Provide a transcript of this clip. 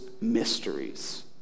mysteries